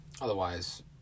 otherwise